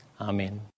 Amen